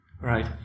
right